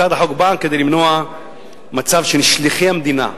הצעת החוק באה כדי למנוע מצב ששליחי המדינה,